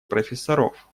профессоров